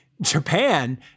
Japan